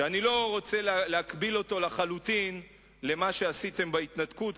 אני לא רוצה להקביל אותו לחלוטין למה שעשיתם בהתנתקות,